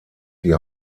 die